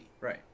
right